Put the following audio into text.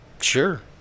sure